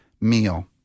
meal